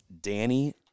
Danny –